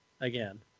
again